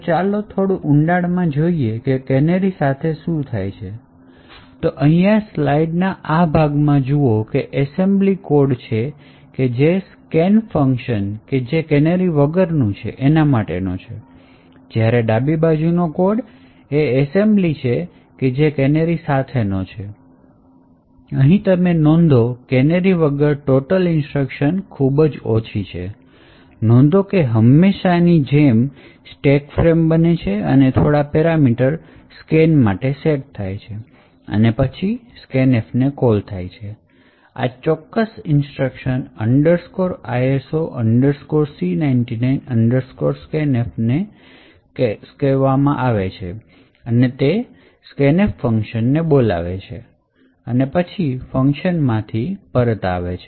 તો ચાલો થોડું ઊંડાણમાં જોઈએ કે કેનેરી સાથે શું થાય છે તો અહીંયા સ્લાઇડના આ ભાગમાં જુઓ કે એસેમ્બલી code કે જે કે scan ફંકશન કે જે કેનેરી વગરનું છે એના માટેનું છે જ્યારે ડાબી બાજુનો code એસેમ્બ્લી છે કે જે કૅનેરી સાથેનો છે અહીં તમે નોંધો કેનેરી વગર ટોટલ ઇન્સ્ટ્રક્શન ખૂબ જ ઓછી છે નોંધો કે હંમેશાની જેમ સ્ટેક ફ્રેમ બને છે અને થોડા પેરામીટર scanf માટે સેટ થાય છે અને પછી scanfને કોલ થાય છે આ ચોક્કસ ઇન્સ્ટ્રક્શન iso c99 scanf ને કહેવામાં આવે છે તે scanf ફંકશન ને બોલાવે છે અને પછી ફંકશન માંથી પરત આવે છે